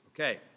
Okay